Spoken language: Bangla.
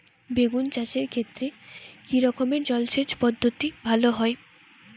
বেগুন চাষের ক্ষেত্রে কি রকমের জলসেচ পদ্ধতি ভালো হয়?